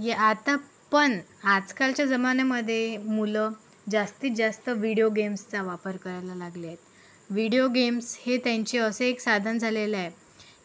ये आता पण आजकालच्या जमान्यामध्ये मुलं जास्तीत जास्त विडीओ गेम्सचा वापर करायला लागले आहेत विडीओ गेम्स हे त्यांचे असे एक साधन झालेले आहे